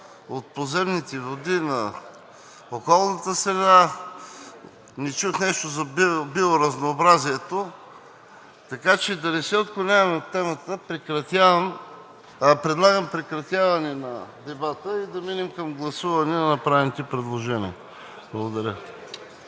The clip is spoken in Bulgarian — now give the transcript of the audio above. от подземните води, на околната среда, не чух нещо за биоразнообразието, така че да не се отклоняваме от темата, предлагам прекратяване на дебата и да преминем към гласуване на направените предложения. Благодаря.